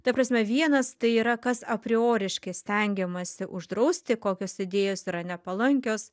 ta prasme vienas tai yra kas aprioriškai stengiamasi uždrausti kokios idėjos yra nepalankios